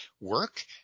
work